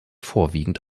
vorwiegend